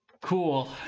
Cool